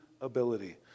ability